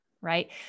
Right